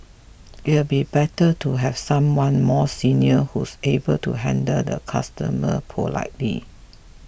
it'll be better to have someone more senior who's able to handle the customer politely